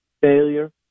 Failure